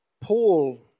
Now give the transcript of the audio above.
Paul